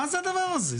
מה זה הדבר זה?